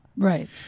Right